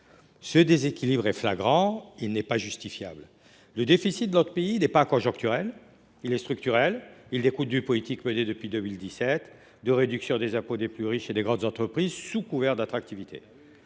Ce déséquilibre est flagrant, il n’est pas justifiable. Le déficit de notre pays n’est pas conjoncturel ; il est structurel et découle de la politique, menée depuis 2017, de réduction des impôts des plus riches et des grandes entreprises sous couvert d’attractivité.